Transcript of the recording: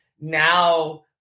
now